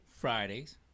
Fridays